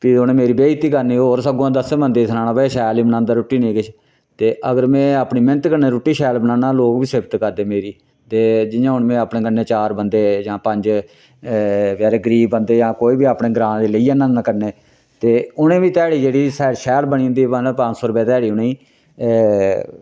फ्ही उनें मेरी बेजती करनी होर सगुंआं दस्सें बंदे गी सनाना के भई शैल नी बनांदा रुट्टी नेईं किश ते अगर में अपनी मैह्नत कन्नै रुट्टी शैल बनाना लोक बी सिफत करदे मेरी ते जियां हून में अपने कन्नै चार बंदे जां पंज गरीब बचेरे बंदे कोई बी अपने दे लेई जन्ना होन्ना कन्नै ते उनें बी ध्याड़ी जेह्ड़ी शैड़ शैल बनी जंदी पंज सौ रपेऽ ध्याड़ी उनेंई